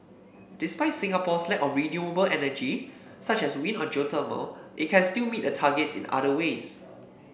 despite Singapore's lack of renewable energy such as wind or geothermal it can still meet the targets in other ways